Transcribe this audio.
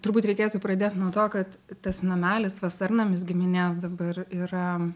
turbūt reikėtų pradėt nuo to kad tas namelis vasarnamis giminės dabar yra